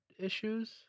issues